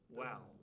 wow